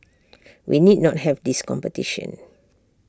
we need not have this competition